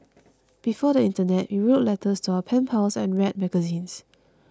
before the internet we wrote letters to our pen pals and read magazines